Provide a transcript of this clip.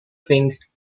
things